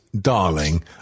darling